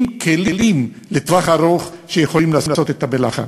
עם כלים לטווח ארוך שיכולים לעשות את המלאכה.